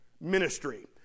ministry